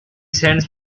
sends